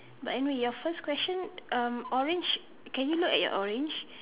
but anyway your first question um orange can you look at your orange